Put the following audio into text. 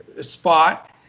spot